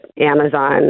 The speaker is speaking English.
Amazon